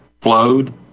Flowed